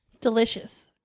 Delicious